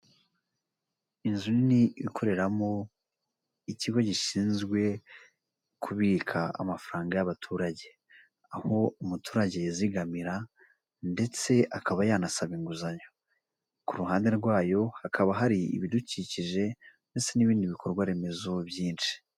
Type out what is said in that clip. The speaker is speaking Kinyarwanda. Inzu nini ikoreramo ikigo gishinzwe kubika amafaranga y'abaturage, aho umuturage yizigamira, ndetse akaba yanasaba inguzanyo, ku ruhande rwayo hakaba hari ibidukikije ndetse n'ibindi bikorwa remezo byinshi.